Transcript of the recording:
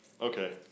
Okay